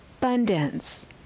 abundance